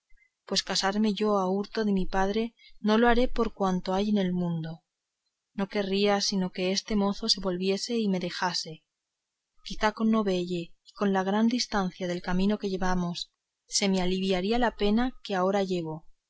pues casarme yo a hurto de mi padre no lo haré por cuanto hay en el mundo no querría sino que este mozo se volviese y me dejase quizá con no velle y con la gran distancia del camino que llevamos se me aliviaría la pena que ahora llevo